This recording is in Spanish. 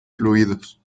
fluidos